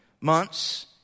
months